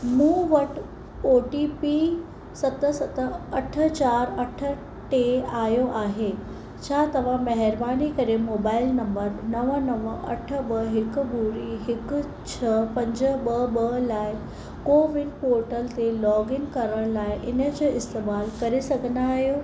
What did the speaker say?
मूं वटि O T P सत सत अठ चार अठ टे आयो आहे छा तव्हां महिरबानी करे मोबाइल नंबर नवं नवं अठ ॿ हिकु ॿुड़ी हिकु छह पंज ॿ ॿ लाइ कोविन पोर्टल ते लॉगइन करण लाइ इन जो इस्तेमालु करे सघंदा आहियो